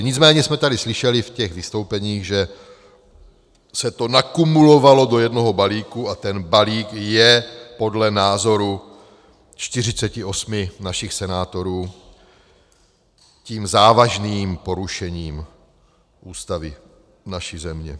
Nicméně jsme tady slyšeli ve vystoupeních, že se to nakumulovalo do jednoho balíku a ten balík je podle názoru 48 našich senátorů tím závažným porušením Ústavy naší země.